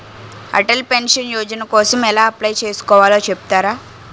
Atal pension Yojana కోసం ఎలా apply చేసుకోవాలో చెపుతారా?